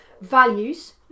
Values